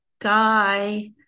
guy